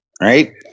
Right